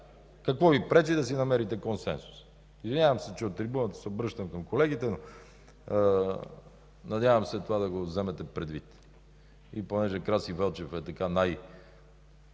Какво Ви пречи да намерите консенсус? Извинявам се, че от трибуната се обръщам към колегите, но се надявам да вземете това предвид. Понеже Краси Велчев е така